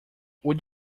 would